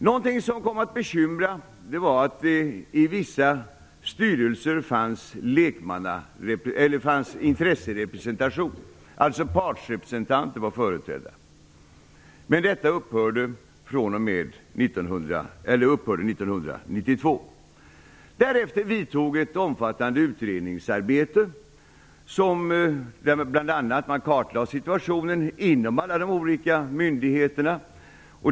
Något som kom att bli ett bekymmer var att det i vissa styrelser fanns intresserepresentation, dvs. partsrepresentanter. Detta upphörde 1992. Därefter vidtog ett omfattande utredningsarbete. Man kartlade bl.a. situationen inom alla de olika myndigheterna.